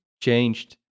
changed